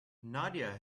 nadia